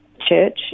church